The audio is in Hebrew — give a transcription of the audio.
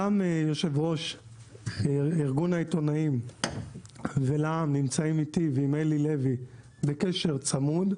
גם יושב ראש ארגון העיתונאים ולע"מ נמצאים איתי ועם אלי לוי בקשר צמוד,